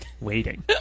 waiting